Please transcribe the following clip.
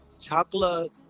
chocolate